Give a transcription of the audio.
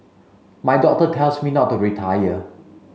my doctor tells me not to retire